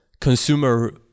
consumer